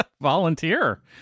Volunteer